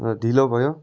ढिलो भयो